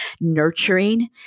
nurturing